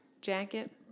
jacket